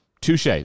touche